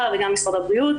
המענים.